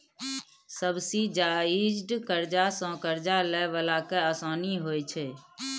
subsidised करजा सँ करजा लए बला केँ आसानी होइ छै